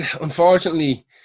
unfortunately